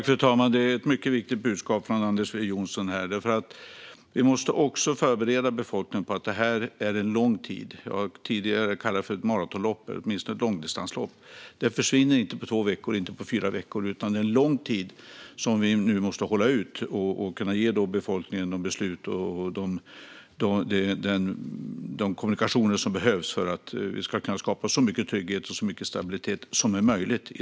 Fru talman! Det är ett mycket viktigt budskap från Anders W Jonsson. Vi måste också förbereda befolkningen på att det här handlar om en lång tid. Jag har tidigare kallat det för ett maratonlopp; det är åtminstone ett långdistanslopp. Det här försvinner inte på två och inte på fyra veckor, utan det handlar om en lång tid som vi nu måste hålla ut och delge befolkningen de beslut och den kommunikation som behövs för att vi ska kunna skapa så mycket trygghet och så mycket stabilitet som möjligt.